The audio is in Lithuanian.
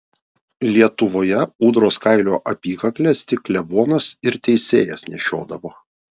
lietuvoje ūdros kailio apykakles tik klebonas ir teisėjas nešiodavo